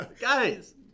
Guys